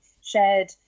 shared